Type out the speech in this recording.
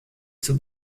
zur